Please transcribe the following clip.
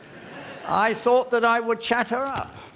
i thought that i would chat her up.